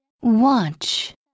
Watch